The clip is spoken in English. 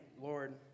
Lord